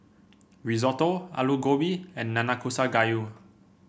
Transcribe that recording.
Risotto Alu Gobi and Nanakusa Gayu